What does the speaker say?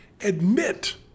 admit